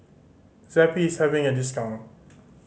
Zappy is having a discount